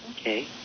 Okay